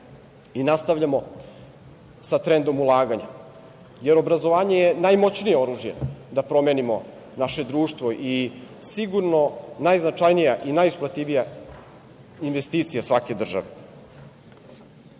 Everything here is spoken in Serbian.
i nastavljamo sa trendom ulaganja, jer obrazovanje je najmoćnije oružje da promenimo naše društvo i sigurno najznačajnija i najisplativija investicija svake države. Budući